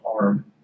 arm